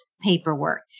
paperwork